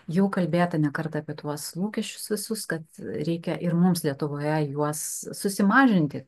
jau kalbėta ne kartą apie tuos lūkesčius visus kad reikia ir mums lietuvoje juos susimažinti